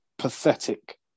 Pathetic